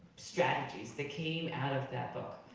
strategies that came out of that book.